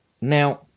now